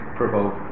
provoke